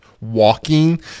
walking